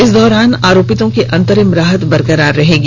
इस दौरान आरोपितों की अंतरिम राहत बरकरार रहेगी